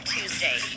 Tuesday